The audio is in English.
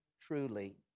truly